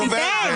אז תיתן.